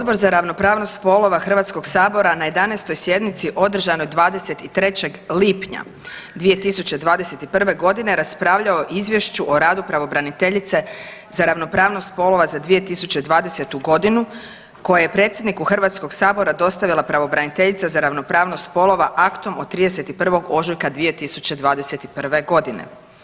Odbor za ravnopravnost spolova Hrvatskog sabora je na 11. sjednici održanoj 23. lipnja 2021. godine raspravljao o izvješću o radu pravobraniteljice za ravnopravnost spolova za 2020. godinu koji je predsjedniku Hrvatskog sabora dostavila pravobraniteljica za ravnopravnost spolova aktom od 31. ožujka 2021. godine.